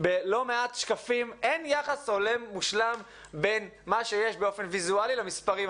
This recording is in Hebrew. בלא מעט שקפים אין יחס הולם ומושלם בין מה שיש באופן ויזואלי למספרים,